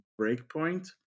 Breakpoint